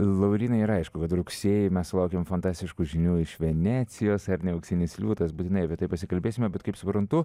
laurynai yra aišku kad rugsėjį mes sulaukėm fantastiškų žinių iš venecijos ar ne auksinis liūtas būtinai apie tai pasikalbėsime bet kaip suprantu